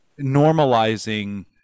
normalizing